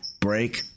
Break